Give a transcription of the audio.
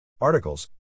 Articles